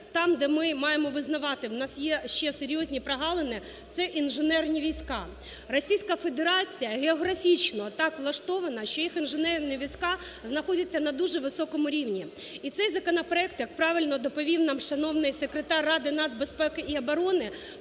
там, де ми маємо визнавати, у нас є ще серйозні прогалини – це інженерні війська. Російська Федерація географічно так влаштована, що їх інженерні війська знаходяться на дуже високому рівні. І цей законопроект, як правильно доповів нам шановний Секретар Ради нацбезпеки і оборони,